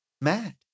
mad